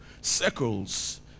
Circles